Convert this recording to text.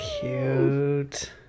cute